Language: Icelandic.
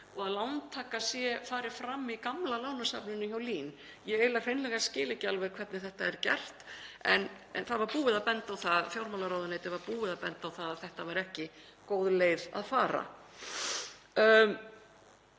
og að lántaka fari fram í gamla lánasafninu hjá LÍN. Ég hreinlega skil ekki alveg hvernig þetta er gert en það var búið að benda á það, fjármálaráðuneytið var búið að benda á það, að þetta væri ekki góð leið að fara.